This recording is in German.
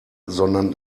sondern